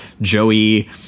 joey